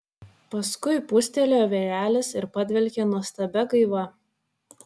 paskui pūstelėjo vėjelis ir padvelkė nuostabia gaiva